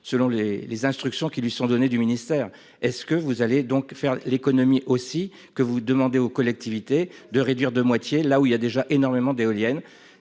selon les les instructions qui lui sont données du ministère. Est-ce que vous allez donc faire l'économie aussi que vous demandez aux collectivités de réduire de moitié, là où il y a déjà énormément d'éoliennes